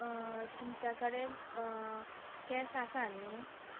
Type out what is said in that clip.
तुमच्या कडेन कॅश आसा न्ही